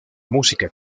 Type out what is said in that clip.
música